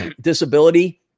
disability